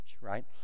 right